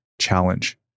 challenge